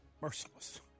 merciless